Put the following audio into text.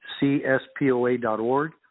CSPOA.org